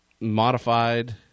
modified –